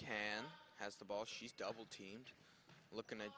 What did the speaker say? can has the ball she's double team looking